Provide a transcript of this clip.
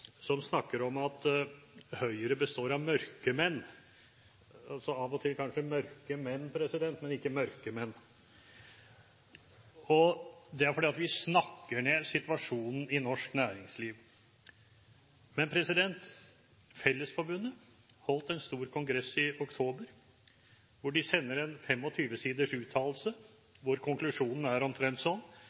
som snakker om at Høyre består av mørkemenn fordi vi snakker ned situasjonen i norsk næringsliv – av og til kanskje mørke menn, men ikke mørkemenn. Men Fellesforbundet holdt en stor kongress i oktober hvor de sendte ut en 25 siders uttalelse hvor konklusjonen er